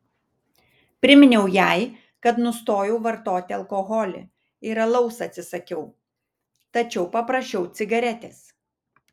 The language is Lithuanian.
priminiau jai kad nustojau vartoti alkoholį ir alaus atsisakiau tačiau paprašiau cigaretės